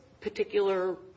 particular